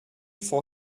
for